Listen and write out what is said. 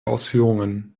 ausführungen